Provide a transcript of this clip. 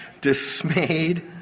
dismayed